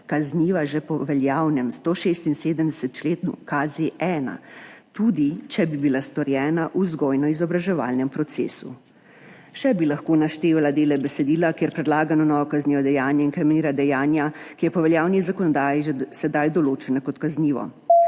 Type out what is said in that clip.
kazniva že po veljavnem 176. členu KZ-1, tudi če bi bila storjena v vzgojno-izobraževalnem procesu. Še bi lahko naštevala dele besedila, kjer predlagano novo kaznivo dejanje inkriminira dejanja, ki so po veljavni zakonodaji že sedaj določena kot kazniva.